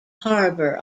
harbor